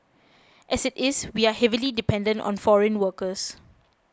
as it is we are heavily dependent on foreign workers